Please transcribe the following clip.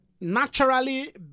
naturally